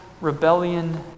rebellion